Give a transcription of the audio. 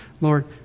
Lord